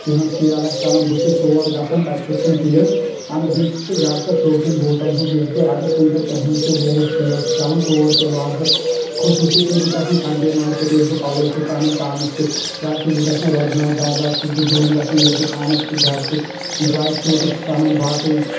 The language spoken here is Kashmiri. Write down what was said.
تِہنٛز سیل آسہِ چلان بہٕ چھُس تور گژھان تتہِ چھُس تِم چیٖز انان بییٚہِ چھُس بہٕ زیادٕ تر شوقیٖن بوٗٹن ہُنٛد یُس بہٕ اگر کُنہِ جایہِ تہنٛز تہِ بہٕ وٕچھہ سیل چھِ چلان تور تہِ واتہٕ بہٕ خصوٗصی چھُس بہٕ گژھان سنڈے مارکیٚٹ ییٚتہِ بہٕ پلو چھُس انان پانس کِتھ یا چھُس بہٕ گژھان رۄگناتھ بازار چھُس بہٕ جوٚم گژھان ییتہِ بہٕ پانس کِتھۍ گرٕ کتھۍ ڈراے فروٹس چھُس انان باقٕے